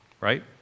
right